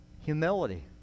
Humility